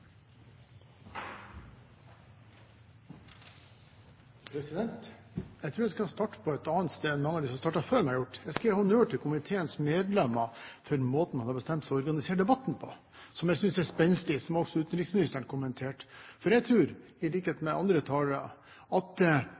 Jeg tror jeg skal starte et annet sted enn mange av de som startet før meg, har gjort. Jeg skal gi honnør til komiteens medlemmer for måten man har bestemt seg for å organisere debatten på – som jeg synes er spenstig, og som også utenriksministeren har kommentert. For jeg tror – i likhet med de andre talerne – at